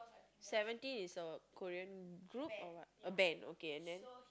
seventeen is a Korean group or what a band okay and then